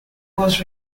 was